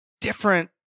different